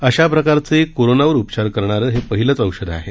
अशाप्रकारचे कोरोनावर उपचार करणारे हे पहिलेच औषध आहे